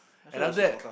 and after that